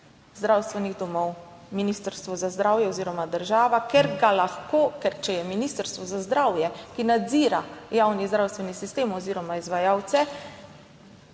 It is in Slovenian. zdravstvenih domov Ministrstvo za zdravje oziroma država, ker ga lahko, ker če je Ministrstvo za zdravje, ki nadzira javni zdravstveni sistem oziroma izvajalce